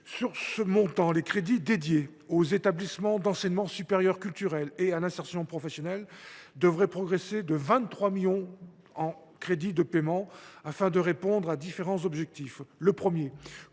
Sur ce montant, les sommes allouées aux établissements d’enseignement supérieur culturel et à l’insertion professionnelle devraient progresser de 23 millions d’euros en crédits de paiement, afin de répondre à différents objectifs. Tout